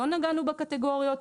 לא נגענו בקטגוריות,